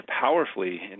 powerfully